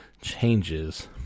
changes